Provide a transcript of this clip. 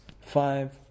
five